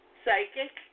psychic